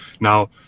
Now